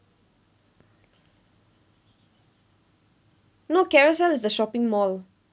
no carousel is the shopping mall